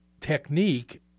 technique